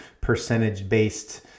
percentage-based